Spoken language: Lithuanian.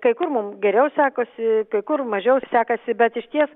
kai kur mum geriau sekasi kai kur mažiau sekasi bet išties